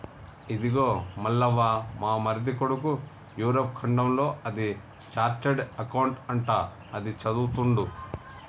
ఇదిగో మల్లవ్వ మా మరిది కొడుకు యూరప్ ఖండంలో అది చార్టెడ్ అకౌంట్ అంట అది చదువుతుండు